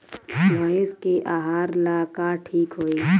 भइस के आहार ला का ठिक होई?